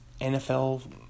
NFL